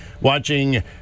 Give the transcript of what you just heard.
Watching